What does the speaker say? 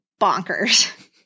bonkers